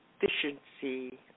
efficiency